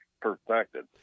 perfected